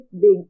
big